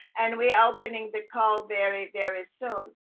and we are opening the call very very soon.